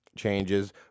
changes